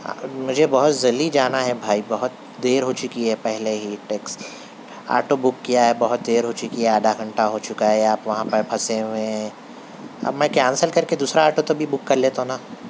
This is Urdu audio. آ مجھے بہت جلدی جانا ہے بھائی بہت دیر ہو چُکی ہے پہلے ہی ٹیکس آٹو بک کیا ہے بہت دیر ہو چُکی ہے آدھا گھنٹہ ہو چُکا ہے آپ وہاں پہ پھنسے ہوئے ہیں اب میں کینسل کر کے دوسرا آٹو تبھی بک کر لیتا ہوں نا